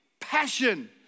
passion